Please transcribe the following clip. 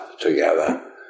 together